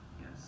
yes